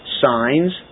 Signs